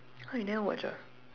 !huh! you never watch ah